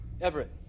Everett